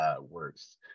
works